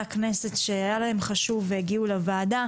הכנסת שהיה להם חשוב והגיעו לוועדה.